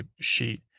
sheet